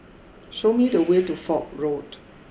show me the way to Foch Road